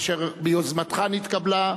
אשר ביוזמתך נתקבלה,